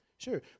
Sure